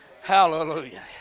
Hallelujah